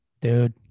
Dude